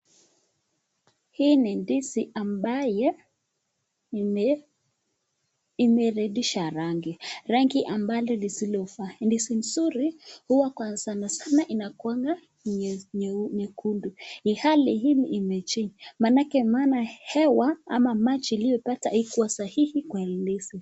Hii ni ndizi ambaye imerudisha rangi, rangi ambalo lisilo faa. Ndizi nzuri hua sana sana inakuanga nyekundu ilhali hii ime change kwa maana hewa ama maji iliyoipata haiku sahihi kwa hii ndizi.